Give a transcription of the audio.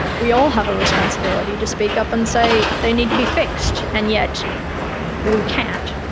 we all have a responsibility to speak up and say they need to be fixed, and yet we can't.